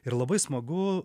ir labai smagu